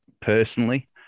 personally